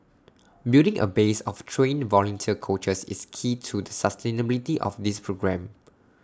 building A base of trained volunteer coaches is key to the sustainability of this programme